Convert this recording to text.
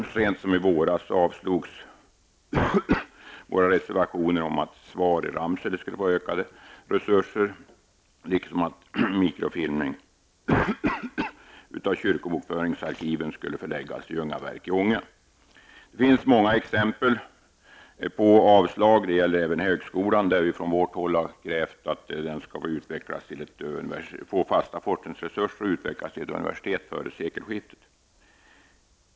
Så sent som i våras avslogs våra reservationer om att SVAR i Ramsele skulle få ökade resurser och att mikrofilmningen av kyrkobokföringsarkiven skulle förläggas till Ljungaverk i Ånge. Det finns många exempel på avslag. Det gäller även högskolan. Vi har från vårt håll krävt att högskolan skall få fasta forskningsresurser och utvecklas till ett universitet före sekelskiftet.